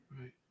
Right